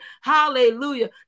Hallelujah